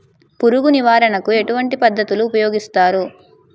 పురుగు నివారణ కు ఎటువంటి పద్ధతులు ఊపయోగిస్తారు?